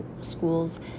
school's